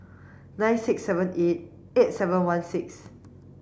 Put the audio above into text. nine six seven eight eight seven one six